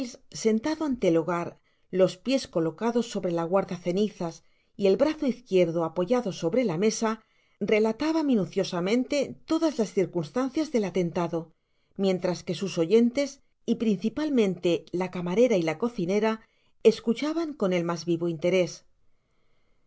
sentado ante el hogar los piés colocados sobre el guarda cenizas y el brazo izquierdo apoyado sobre la mesa relataba minuciosamente todas las circunstancias del atentado mientras que sus oyentes y principalmente la camarera y la cocinera escuchaban con el mas vivo interés